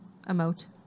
Emote